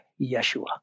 Yeshua